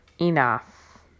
enough